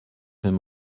him